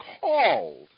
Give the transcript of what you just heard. called